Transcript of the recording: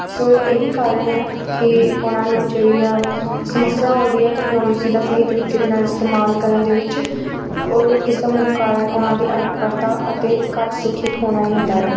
ਸੋ ਇਹ ਹੀ ਕਾਰਨ ਆ ਕਿ ਉਹਨਾਂ ਨੂੰ ਜਿਹੜੀ ਆ ਸਮੱਸਿਆ ਆਉਂਦੀ ਆ ਤਕਨਾਲੋਜੀ ਦਾ ਸਹੀ ਤਰੀਕੇ ਦੇ ਨਾਲ ਇਸਤੇਮਾਲ ਕਰਨ ਦੇ ਵਿੱਚ ਔਰ ਇਸ ਦਾ ਮੁੱਖ ਕਾਰਨ ਉਹਨਾਂ ਦੀ ਅਨਪੜ੍ਹਤਾ ਅਤੇ ਘੱਟ ਸਿੱਖਿਅਕ ਹੋਣਾ ਹੀ ਹੁੰਦਾ ਆ